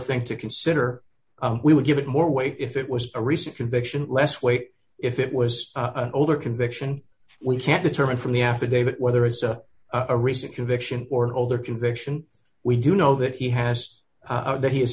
thing to consider we would give it more weight if it was a recent conviction less weight if it was over conviction we can't determine from the affidavit whether it's a a recent conviction or older conviction we do know that he has that he is